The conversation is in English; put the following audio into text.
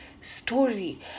story